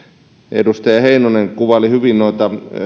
edustaja heinonen kuvaili hyvin